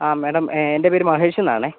ആ മാഡം എൻ്റെ പേര് മഹേഷ് എന്നാണേ